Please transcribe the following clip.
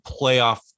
playoff